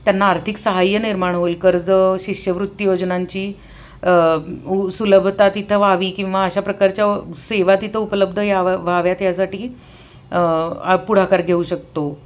त्यांना आर्थिक सहाय्य निर्माण होईल कर्ज शिष्यवृत्ती योजनांची उ सुलभता तिथं व्हावी किंवा अशा प्रकारच्या सेवा तिथं उपलब्ध याव व्हाव्यात यासाठी पुढाकार घेऊ शकतो